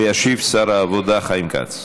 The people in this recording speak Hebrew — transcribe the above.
ישיב שר העבודה חיים כץ.